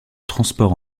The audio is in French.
transport